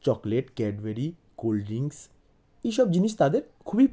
chocolate Cadbury cold drinks এইসব জিনিস তাদের খুবই